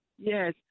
Yes